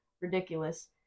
ridiculous